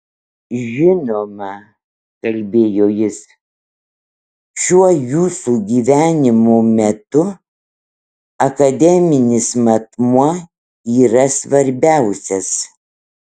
žinoma kalbėjo jis šiuo jūsų gyvenimo metu akademinis matmuo yra svarbiausias